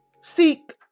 Seek